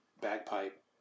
bagpipe